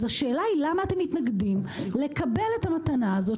אז השאלה היא למה אתם מתנגדים לקבל את המתנה הזאת